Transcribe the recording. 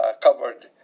covered